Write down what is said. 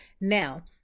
Now